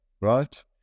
right